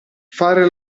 fare